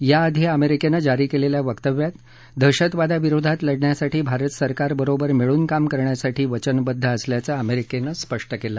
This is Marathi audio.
याआधी अमेरिकेनं जारी केलेल्या वक्तव्यात दहशतवादाविरोधात लढण्यासाठी भारत सरकार बरोबर मिळून काम करण्यासाठी वचनबद्द असल्याचं अमेरिकेनं स्पष्ट केलं